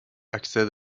accède